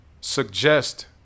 suggest